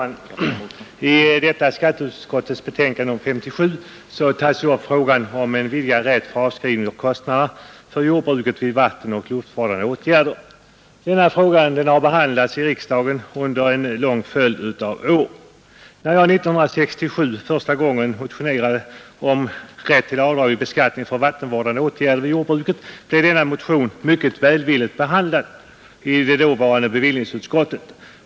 Herr talman! I skatteutskottets betänkande nr 57 behandlas frågan om vidgad rätt till avskrivning för kostnader för vattenoch luftvårdande åtgärder m.m. Denna fråga har varit uppe i riksdagen under en lång följd av år. När jag 1967 första gången motionerade om rätt till avdrag vid beskattningen för vattenvårdande åtgärder i jordbruket blev min motion mycket välvilligt behandlad i dåvarande bevillningsutskottet.